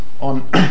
on